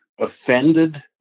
offended